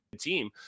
team